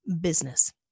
business